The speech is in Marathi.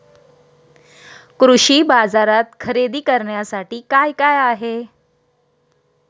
कृषी बाजारात खरेदी करण्यासाठी काय काय आहे?